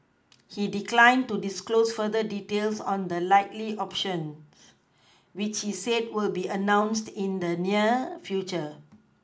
he declined to disclose further details on the likely options which he said will be announced in the near future